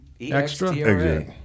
extra